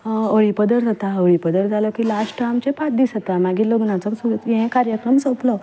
हळीपदर जाता हळीपदर जालो की लास्ट आमचें पांचा दीस जाता मागीर लग्नाचो सगलो हें कार्यक्रम सोंपलो